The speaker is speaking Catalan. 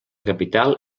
capital